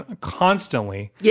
constantly